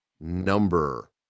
number